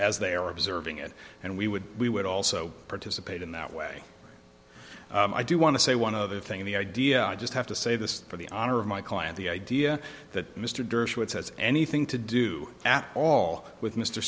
as they are observing it and we would we would also participate in that way i do want to say one other thing the idea i just have to say this for the honor of my client the idea that mr dershowitz has anything to do at all with m